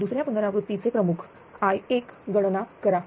दुसऱ्या पुनरावृत्ती चे प्रमुख I1 गणना करा